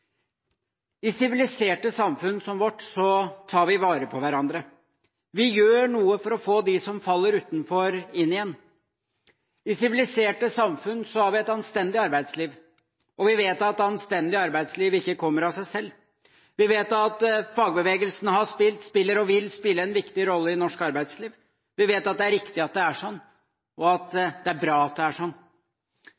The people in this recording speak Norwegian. I et sivilisert samfunn som vårt tar vi vare på hverandre. Vi gjør noe for å få dem som faller utenfor, inn igjen. I siviliserte samfunn har vi et anstendig arbeidsliv, og vi vet at et anstendig arbeidsliv ikke kommer av seg selv. Vi vet at fagbevegelsen har spilt, spiller og vil spille en viktig rolle i norsk arbeidsliv. Vi vet at det er riktig at det er sånn, og at